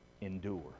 endure